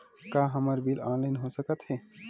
का हमर bill online हो सकत हे?